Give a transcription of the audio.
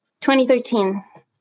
2013